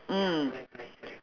mm